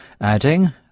adding